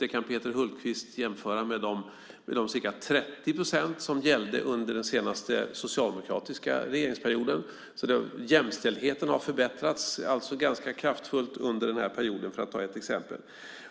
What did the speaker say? Det kan Peter Hultqvist jämföra med de ca 30 procent som gällde under den senaste socialdemokratiska regeringsperioden. Jämställdheten har alltså förbättrats ganska kraftfullt under denna period, för att ta ett exempel.